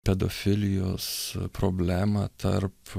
pedofilijos problemą tarp